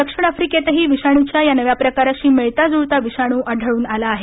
दक्षिण आफ्रिकेतही विषाणूच्या या नव्या प्रकाराशी मिळता जुळता विषाणू आढळून आला आहे